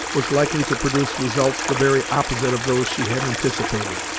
was likely to produce results the very opposite of those she had anticipated.